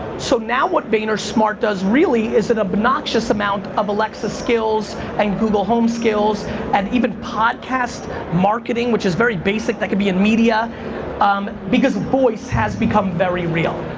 so now what vaynersmart does, really, is an obnoxious amount of alexa skills and google home skills and even podcast marketing which is very basic, that can be in media um because voice has become very real.